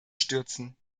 stürzen